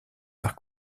par